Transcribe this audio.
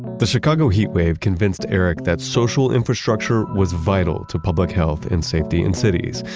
the chicago heat wave convinced eric that social infrastructure was vital to public health and safety in cities.